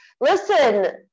listen